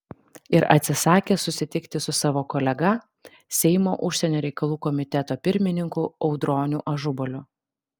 ir atsisakė susitikti su savo kolega seimo užsienio reikalų komiteto pirmininku audroniu ažubaliu